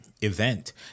event